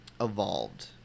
evolved